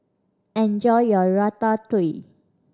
enjoy your Ratatouille